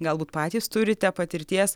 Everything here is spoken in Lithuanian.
galbūt patys turite patirties